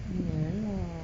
ya lah